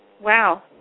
Wow